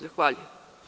Zahvaljujem.